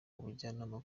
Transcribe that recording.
ubujyanama